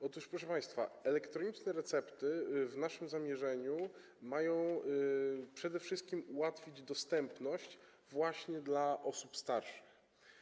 Otóż, proszę państwa, elektroniczne recepty w naszym zamierzeniu mają przede wszystkim ułatwić dostępność leków właśnie dla osób starszych.